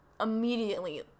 immediately